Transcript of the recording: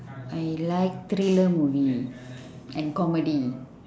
I like thriller movie and comedy